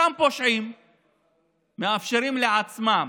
אותם פושעים מאפשרים לעצמם